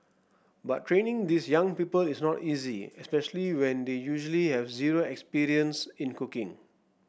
but training these young people is not easy especially when they usually have zero experience in cooking